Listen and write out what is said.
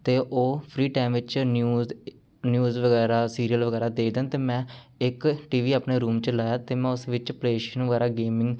ਅਤੇ ਉਹ free time ਵਿੱਚ ਨਿਊਜ਼ ਨਿਊਜ਼ ਵਗੈਰਾ ਸੀਰੀਅਲ ਵਗੈਰਾ ਦੇਖਦੇ ਹਨ ਅਤੇ ਮੈਂ ਇੱਕ ਟੀ ਵੀ ਆਪਣੇ ਰੂਮ 'ਚ ਲਾਇਆ ਅਤੇ ਮੈਂ ਉਸ ਵਿੱਚ ਪਲੇਅ ਸਟੇਸ਼ਨ ਵਗੈਰਾ ਗੇਮਿੰਗ